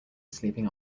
sleeping